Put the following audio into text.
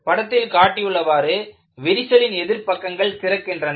படத்தில் காட்டியுள்ளவாறு விரிசலின் எதிர் பக்கங்கள் திறக்கின்றன